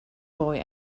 boy